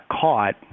caught